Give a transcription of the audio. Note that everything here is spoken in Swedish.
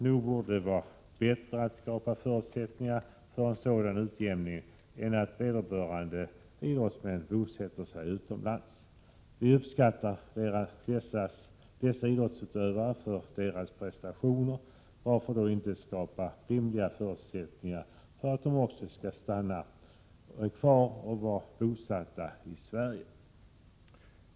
Nog vore det väl bättre att skapa förutsättningar för en sådan utjämning än att vederbörande idrottsmän bosätter sig utomlands? Vi uppskattar dessa idrottsutövare för deras prestationer, varför då inte skapa rimliga förutsättningar för att de också skall kunna stanna kvar i Sverige?